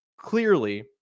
clearly